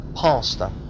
pastor